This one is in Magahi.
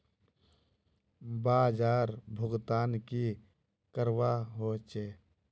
बाजार भुगतान की करवा होचे?